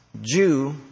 Jew